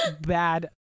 bad